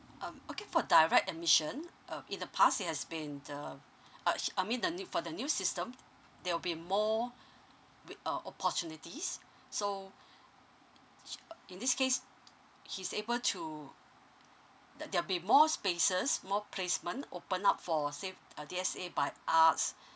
um okay for direct admission um in the past it has been uh I mean the ne~ for the new system there will be more wi~ uh opportunities so in this case he's able to there there'll be more spaces more placement opened up for say uh D_S_A by arts